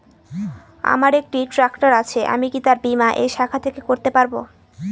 আমার একটি ট্র্যাক্টর আছে আমি কি তার বীমা এই শাখা থেকে করতে পারব?